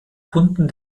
kunden